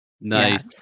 nice